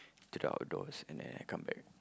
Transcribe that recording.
to the outdoors and then I come back